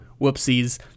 Whoopsies